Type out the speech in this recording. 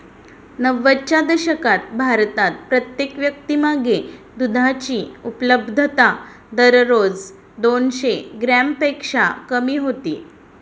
नव्वदच्या दशकात भारतात प्रत्येक व्यक्तीमागे दुधाची उपलब्धता दररोज दोनशे ग्रॅमपेक्षा कमी होती